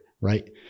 Right